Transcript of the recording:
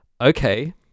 okay